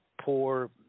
poor